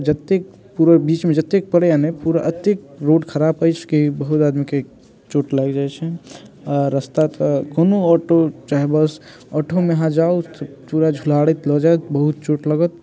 तऽ जतेक पूरा बीचमे जतेक पड़ैए नहि पूरा एतेक रोड खराब अछि कि बहुत आदमीके चोट लागि जाइत छैन्ह आ रास्ता तऽ कोनो ऑटो चाहे बस ऑटोमे अहाँ जाउ तऽ पूरा झुलारैत लऽ जायत बहुत चोट लागत